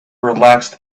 relaxed